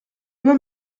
peu